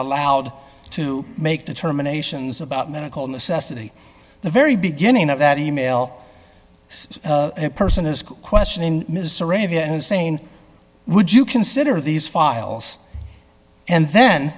allowed to make determinations about medical necessity the very beginning of that e mail and person is questioning ms sarabia hussein would you consider these files and then